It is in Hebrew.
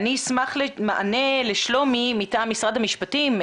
אני אשמח למענה לשלומי מטעם משרד המשפטים,